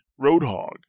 Roadhog